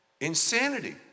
insanity